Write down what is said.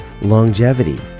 longevity